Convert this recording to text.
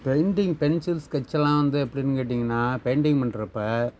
painting pencil sketch எல்லாம் வந்து எப்படின்னு கேட்டிங்கின்னால் பெயிண்டிங் பண்ணுறப்ப